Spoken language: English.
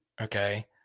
Okay